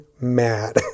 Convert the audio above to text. mad